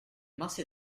masse